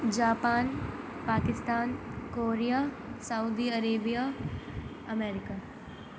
Japan Pakistan Korea Saudi Arabia America